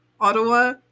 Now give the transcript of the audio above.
Ottawa